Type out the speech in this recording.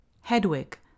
Hedwig